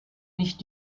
nicht